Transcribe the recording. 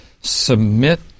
submit